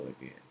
again